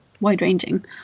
wide-ranging